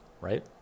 right